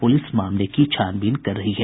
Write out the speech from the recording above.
police मामले की छानबीन कर रही है